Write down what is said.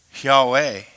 Yahweh